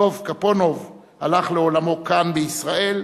דב גפונוב הלך לעולמו כאן, בישראל,